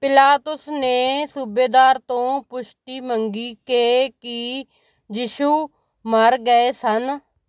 ਪਿਲਾਤੁਸ ਨੇ ਸੂਬੇਦਾਰ ਤੋਂ ਪੁਸ਼ਟੀ ਮੰਗੀ ਕਿ ਕੀ ਯਿਸ਼ੂ ਮਰ ਗਏ ਸਨ